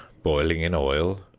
boiling in oil,